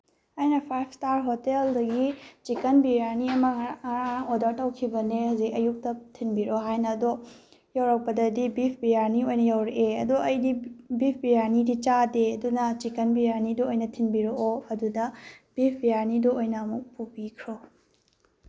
ꯑꯩꯅ five star ꯍꯣꯇꯦꯜꯗꯒꯤ chicken biryani ꯑꯃ ꯉꯔꯥꯡ ꯉꯔꯥꯡ ꯉꯔꯥꯡ ꯑꯣꯗꯔ ꯇꯧꯈꯤꯕꯅꯦ ꯍꯧꯖꯤꯛ ꯑꯌꯨꯛꯇ ꯊꯤꯟꯕꯤꯔꯛꯑꯣ ꯍꯥꯏꯅ ꯑꯗꯣ ꯌꯧꯔꯛꯄꯗꯗꯤ ꯕꯤꯐ ꯕꯤꯔꯌꯥꯅꯤ ꯑꯣꯏꯅ ꯌꯧꯔꯛꯑꯦ ꯑꯗꯣ ꯑꯩꯗꯤ ꯕꯤꯐ ꯕꯤꯔꯌꯥꯅꯤꯗꯤ ꯆꯥꯗꯦ ꯑꯗꯨꯅ ꯆꯤꯛꯀꯟ ꯕꯤꯔꯌꯥꯅꯤꯗꯣ ꯑꯣꯏꯅ ꯊꯤꯟꯕꯤꯔꯛꯑꯣ ꯑꯗꯨꯗ ꯕꯤꯐ ꯕꯤꯔꯌꯥꯅꯤꯗꯣ ꯑꯣꯏꯅ ꯑꯃꯨꯛ ꯄꯨꯕꯤꯈ꯭ꯔꯣ